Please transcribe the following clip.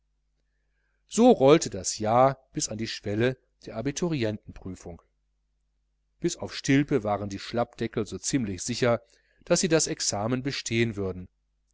so rollte das jahr bis an die schwelle der abiturientenprüfung bis auf stilpe waren die schlappdeckel so ziemlich sicher daß sie das examen bestehen würden